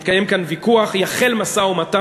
יתקיים כאן ויכוח, יחל משא-ומתן.